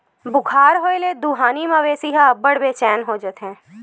बुखार होए ले दुहानी मवेशी ह अब्बड़ बेचैन हो जाथे